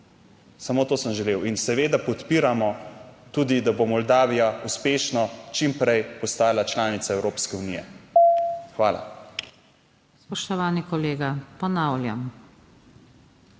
Samo to sem želel in seveda podpiramo tudi, da bo Moldavija uspešno čim prej postala članica Evropske unije. / znak za konec razprave/